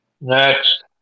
Next